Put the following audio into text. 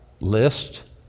list